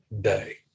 day